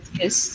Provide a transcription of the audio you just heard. yes